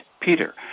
peter